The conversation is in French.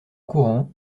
courant